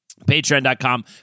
patreon.com